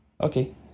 Okay